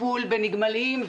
טיפול בנגמלים,